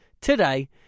today